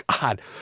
God